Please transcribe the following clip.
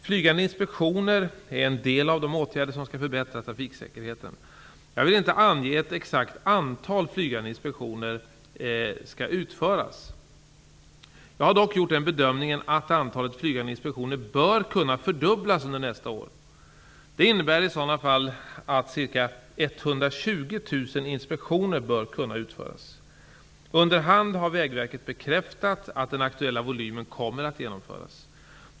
Flygande inspektioner är en del av de åtgärder som skall förbättra trafiksäkerheten. Jag vill inte ange att ett exakt antal flygande inspektioner skall utföras. Jag har dock gjort den bedömningen att antalet flygande inspektioner bör kunna fördubblas under nästa år. Det innebär i sådana fall att ca 120 000 inspektioner bör kunna utföras. Under hand har Vägverket bekräftat att den aktuella volymen kommer att genomföras.